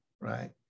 right